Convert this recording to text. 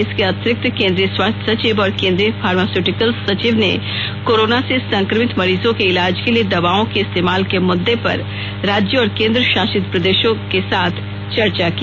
इसके अंतिरिक्त केंद्रीय स्वास्थ्य सचिव और केंद्रीय फार्मास्यूटिकल सचिव ने कोरोना से संक्रमित मरीजों के इलाज के लिए दवाओं के इस्तेमाल के मुद्दे पर राज्यों और केंद्र शासित प्रदेशों के साथ चर्चा की